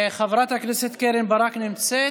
חברת הכנסת קרן ברק נמצאת?